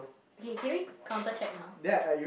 okay can we counter check now